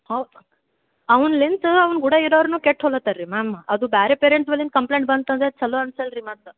ಅವ ಅವ್ನ್ಲೆಂತ ಅವ್ನ ಕೂಡ ಇರೋರೂ ಕೆಟ್ಟು ಹೋಗ್ಲತ್ತರ್ ರೀ ಮ್ಯಾಮ್ ಅದು ಬೇರೆ ಪೇರೆಂಟ್ಸ್ ಮೇಲಿಂದ ಕಂಪ್ಲೇಂಟ್ ಬಂತು ಅಂದರೆ ಛಲೋ ಅನ್ಸಲ್ಲ ರೀ ಮತ್ತೆ